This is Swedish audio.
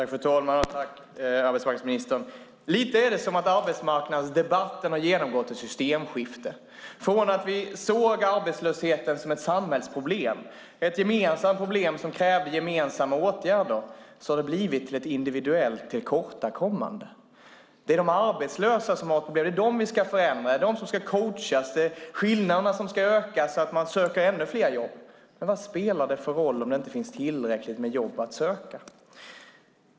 Fru talman! Det är lite som att arbetsmarknadsdebatten har genomgått ett systemskifte. Det har gått från att vi såg arbetslösheten som ett samhällsproblem, ett gemensamt problem som krävde gemensamma åtgärder, till att det har blivit ett individuellt tillkortakommande. Det är de arbetslösa som har problem. Det är de vi ska förändra. De ska coachas. Det är skillnaderna som ska ökas så att de söker ännu fler jobb. Vad spelar det för roll om det inte finns tillräckligt med jobb att söka?